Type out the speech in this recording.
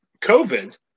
COVID